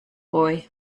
boy